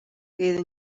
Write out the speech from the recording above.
queda